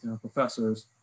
professors